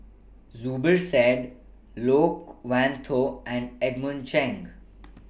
Zubir Said Loke Wan Tho and Edmund Cheng